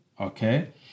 okay